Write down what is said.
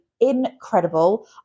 incredible